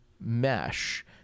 mesh